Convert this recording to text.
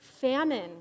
famine